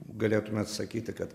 galėtumėt sakyti kad